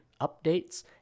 updates